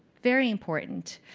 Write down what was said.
very important.